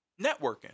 Networking